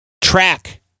track